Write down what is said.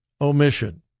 omission